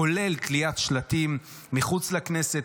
כולל תליית שלטים מחוץ לכנסת,